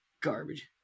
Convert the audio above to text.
Garbage